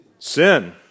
Sin